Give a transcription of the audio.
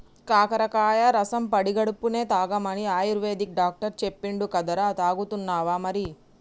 కాకరకాయ కాయ రసం పడిగడుపున్నె తాగమని ఆయుర్వేదిక్ డాక్టర్ చెప్పిండు కదరా, తాగుతున్నావా మరి